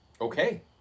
Okay